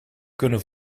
kunnen